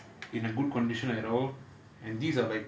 in a good condition at all and these are like